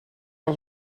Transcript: was